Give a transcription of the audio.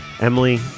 Emily